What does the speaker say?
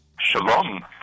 Shalom